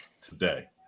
today